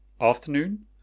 afternoon